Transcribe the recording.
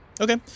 Okay